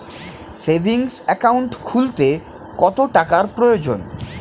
Savings account খুলতে কত টাকার প্রয়োজন?